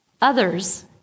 others